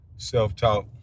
Self-talk